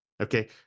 okay